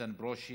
איתן ברושי,